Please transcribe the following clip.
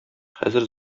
хәзер